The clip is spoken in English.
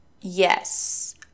Yes